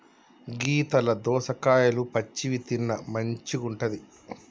గీతల దోసకాయలు పచ్చివి తిన్న మంచిగుంటది